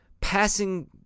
Passing